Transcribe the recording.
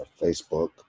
Facebook